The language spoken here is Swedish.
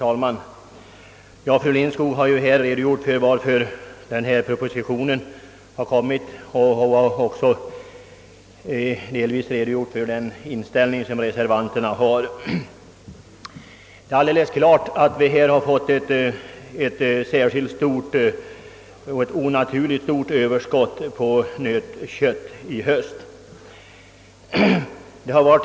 Herr talman! Fru Lindskog har här redogjort varför propositionen kommit till. Hon har också redogjort för reservanternas inställning. Det är helt klart att vi fått ett onaturligt stort överskott på nötkött i höst.